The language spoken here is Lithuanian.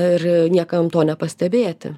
ir niekam to nepastebėti